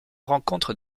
rencontre